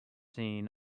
seen